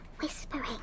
whispering